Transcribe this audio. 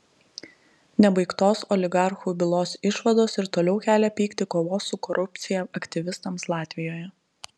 nebaigtos oligarchų bylos išvados ir toliau kelia pyktį kovos su korupcija aktyvistams latvijoje